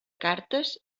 cartes